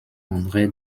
andré